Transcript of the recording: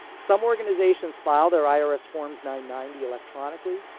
some organizations file their irs forms ninety electronically.